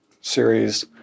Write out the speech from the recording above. series